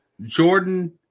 jordan